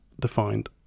defined